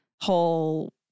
whole